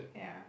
ya